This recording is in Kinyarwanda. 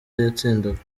yatsindaga